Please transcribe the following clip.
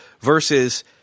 versus